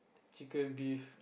chicken beef